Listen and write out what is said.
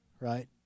right